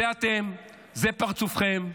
זה אתם, זה פרצופכם.